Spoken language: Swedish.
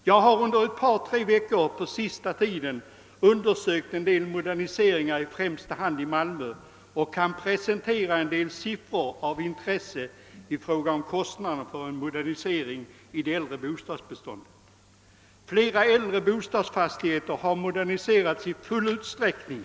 På senaste tiden har jag under tre veckor undersökt en del moderniseringar, i främsta hand i Malmö, och jag kan presentera en del siffror av intresse i fråga om kostnaderna för en modernisering i det äldre bostadsbeståndet. Flera äldre bostadsfastigheter har moderniserats i full utsträckning.